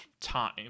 time